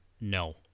No